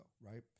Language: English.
right